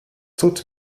tut